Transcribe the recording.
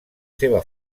seva